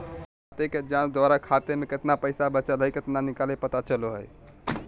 खाते के जांच द्वारा खाता में केतना पैसा बचल हइ केतना निकलय पता चलो हइ